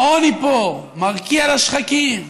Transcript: העוני פה מרקיע לשחקים,